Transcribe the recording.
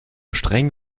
streng